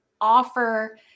offer